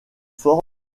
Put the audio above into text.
forme